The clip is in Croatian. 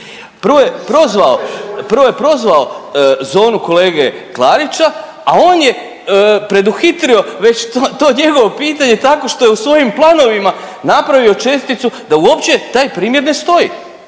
Prvo je prozvao zonu kolege Klarića, a on je preduhitrio već to njegovo pitanje tako što je u svojim planovima napravio česticu da uopće taj primjedbe stoji